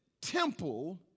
temple